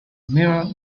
mirror